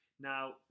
now